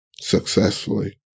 successfully